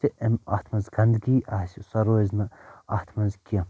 تہِ اَتھ منٛز گنٛدٕگی آسہِ سۅ روزِ نہٕ اتھ منٛز کیٚنٛہہ